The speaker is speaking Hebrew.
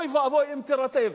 אוי ואבוי אם תירטב.